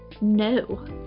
no